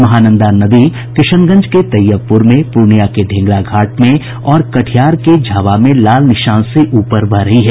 महानंदा नदी किशनगंज के तैयबपुर में पूर्णिया के ढेंगरा घाट में और कटिहार के झावा में लाल निशान से ऊपर बह रही है